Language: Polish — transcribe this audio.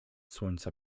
słońca